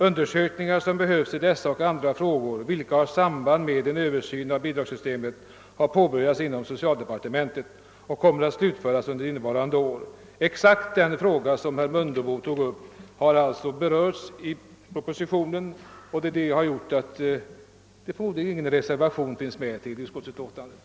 Undersökningar som behövs i dessa och andra frågor vilka har samband med en översyn av bidragssystemet har påbörjats inom socialdepartementet och kommer att slutföras under innevarande år.» Exakt den fråga som herr Mundebo tog upp har alltså berörts i propositio nen, vilket förklarar att ingen reservation har fogats till utskottsutlåtandet.